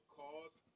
cause